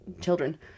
children